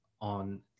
on